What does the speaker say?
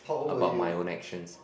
about my own actions